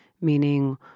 meaning